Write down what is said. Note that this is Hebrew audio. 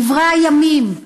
דברי הימים,